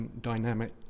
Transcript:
dynamic